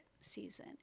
season